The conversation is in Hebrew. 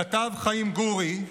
כתב חיים גורי,